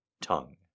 tongue